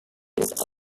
this